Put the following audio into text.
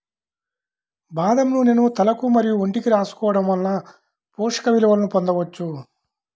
బాదం నూనెను తలకు మరియు ఒంటికి రాసుకోవడం వలన పోషక విలువలను పొందవచ్చు